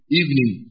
evening